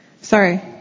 sorry